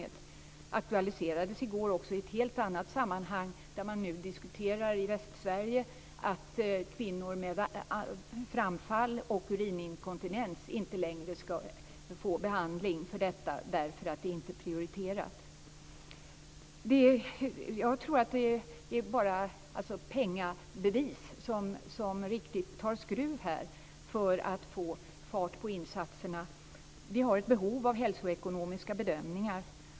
Den aktualiserades också i går i ett helt sammanhang. Man diskuterar nämligen i Västsverige att kvinnor med framfall och urininkontinens inte längre skall få behandling för detta därför att det inte är prioriterat. Jag tror att det bara är pengabevis som tar skruv för att få fart på insatserna. Vi har ett behov av hälsoekonomiska bedömningar.